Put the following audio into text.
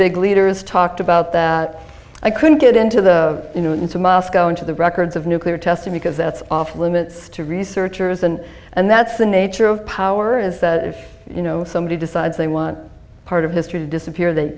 big leaders talked about that i couldn't get into the you know into moscow into the records of nuclear testing because that's off limits to researchers and and that's the nature of power is that if you know somebody decides they want part of history to disappear they